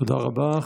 תודה רבה.